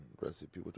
recipe